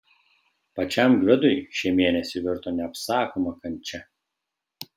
pačiam gvidui šie mėnesiai virto neapsakoma kančia